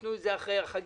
שייתנו את זה אחרי החגים,